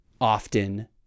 often